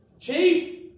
chief